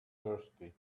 thirsty